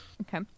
Okay